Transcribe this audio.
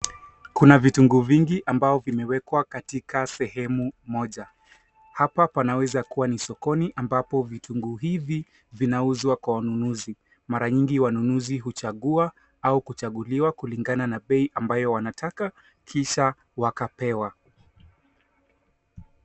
Kuna vitungu vingi ambo vimewekwa katika sehemu moja. Hapa panaweza kuwa ni sokoni ambapo vitungu hivi vinauzwa kwa wanunuzi. Mara nyingi wanunuzi huchagua au kuchaguliwa kulingana na bei ambayo wanataka kisha wakapewa.